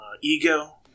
ego